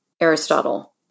Aristotle